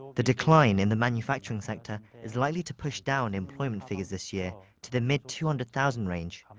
the decline in the manufacturing sector is likely to push down employment figures this year. to the mid two hundred thousand range. um